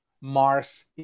Mars